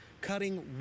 cutting